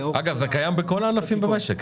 אגב, זה קיים בכל הענפים במשק.